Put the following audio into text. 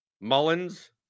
Mullins